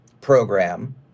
program